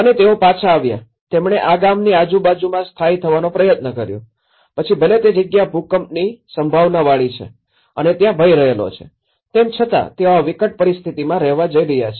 અને તેઓ પાછા આવ્યા અને તેમણે આ ગામની આજુબાજુમાં સ્થાયી થવાનો પ્રયત્ન કર્યો પછી ભલે તે જગ્યા ભૂકંપની સંભાવનાવાળી છે અને ત્યાં ભય રહેલો છે તેમ છતાં તેઓ આ વિકટ પરિસ્થિતિમાં રહેવા જઇ રહ્યા છે